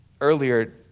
Earlier